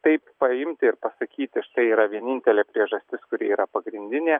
taip paimti ir pasakyti štai yra vienintelė priežastis kuri yra pagrindinė